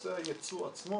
לנושא הייצוא עצמו